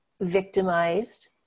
victimized